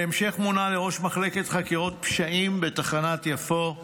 בהמשך מונה לראש מחלקת חקירות פשעים בתחנת יפו,